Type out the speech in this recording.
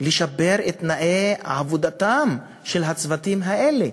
לשפר את תנאי עבודתם של הצוותים האלה,